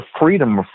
freedom